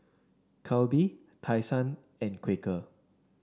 Calbee Tai Sun and Quaker